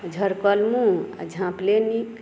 झड़कल मुहँ आ झांँपले नीक